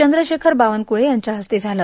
चंद्रशेखर बावनकुळे यांच्या हस्ते झालं